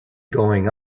going